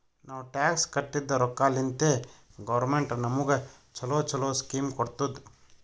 ನಾವ್ ಟ್ಯಾಕ್ಸ್ ಕಟ್ಟಿದ್ ರೊಕ್ಕಾಲಿಂತೆ ಗೌರ್ಮೆಂಟ್ ನಮುಗ ಛಲೋ ಛಲೋ ಸ್ಕೀಮ್ ಕೊಡ್ತುದ್